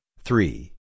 three